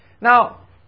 Now